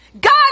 God